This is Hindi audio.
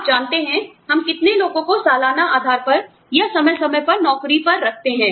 आप जानते हैं हम कितने लोगों को सालाना आधार पर या समय समय पर नौकरी पर रखते हैं